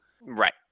Right